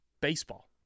baseball